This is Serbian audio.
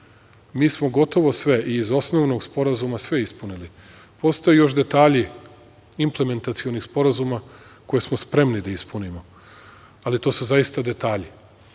smo gotovo sve, i iz osnovnog sporazuma sve ispunili. Postoje još detalji implementacionih sporazuma, koje smo spremni da ispunimo, ali to su zaista detalji,